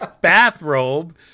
bathrobe